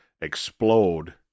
explode